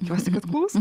tikiuosi kad klauso